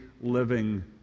living